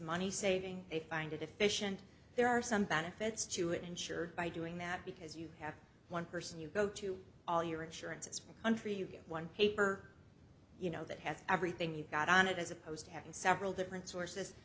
money saving they find it efficient there are some benefits to it insured by doing that because you have one person you go to all your assurances from country you get one paper you know that has everything you've got on it as opposed to having several different sources